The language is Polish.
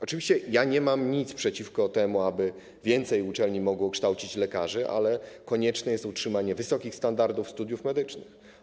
Oczywiście nie mam nic przeciwko temu, aby więcej uczelni mogło kształcić lekarzy, ale konieczne jest utrzymanie wysokich standardów studiów medycznych.